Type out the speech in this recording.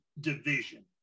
division